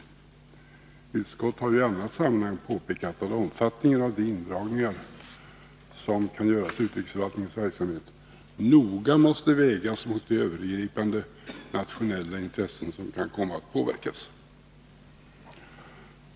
Utrikesutskottet har ju i annat sammanhang påpekat att omfattningen av de indragningar som kan göras i utrikesförvaltningens verksamhet noga måste vägas mot de övergripande nationella intressen som kan komma att påverkas.